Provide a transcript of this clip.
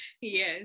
Yes